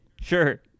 sure